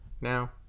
now